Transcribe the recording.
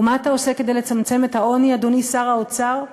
ומה אתה עושה כדי לצמצם את העוני, אדוני שר האוצר?